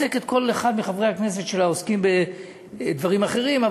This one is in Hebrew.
כל אחד מחברי הכנסת שלה עוסק בדברים אחרים,